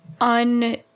un-